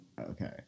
Okay